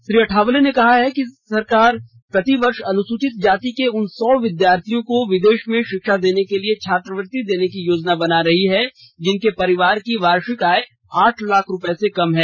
श्री अठावले ने कहा कि मोदी सरकार प्रतिवर्ष अनुसूचित जाति के उन सौ विद्यार्थियों को विदेशों में शिक्षा देने के लिए छात्रवृत्ति देने की योजना बना रही है जिनके परिवार की वार्षिक आय आठ लाख रूपये से कम है